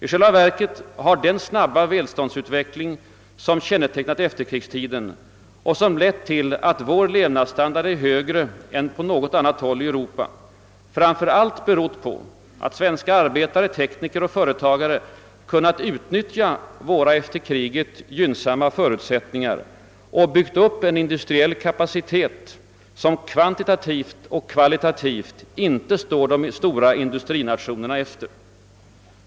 I själva verket har den snabba välståndsutveckling som kännetecknat efterkrigstiden och som lett till att vår levnadsstandard är högre än på något annat håll i Europa framför allt berott på att svenska arbetare, tekniker och företagare kunnat utnyttja våra efter kriget gynnsamma förutsättningar och byggt upp en industriell kapacitet, som kvantitativt och kvalitativt inte står de stora industrinationerna efter.